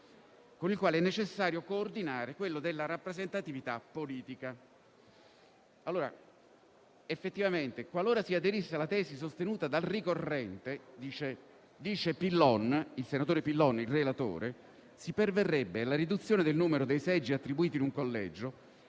con il quale è necessario coordinare quello della rappresentatività politica». Effettivamente, «qualora si aderisse alla tesi sostenuta dal ricorrente» dice il relatore, senatore Pillon, «si perverrebbe alla riduzione del numero dei seggi attribuiti in un collegio